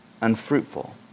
unfruitful